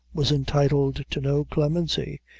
was entitled to no clemency,